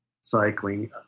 cycling